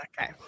Okay